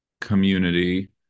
community